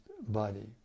body